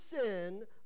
sin